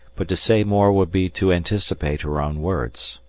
but to say more would be to anticipate her own words.